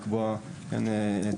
לקבוע את